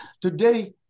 Today